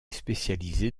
spécialisée